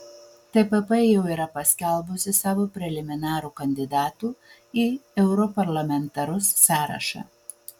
tpp jau yra paskelbusi savo preliminarų kandidatų į europarlamentarus sąrašą